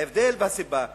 ההבדל והסיבה שם,